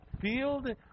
field